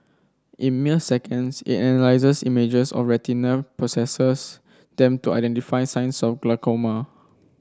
in mere seconds it analyses images of retina processes them to identify signs of glaucoma